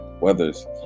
weather's